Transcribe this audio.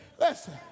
Listen